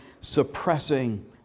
suppressing